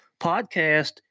Podcast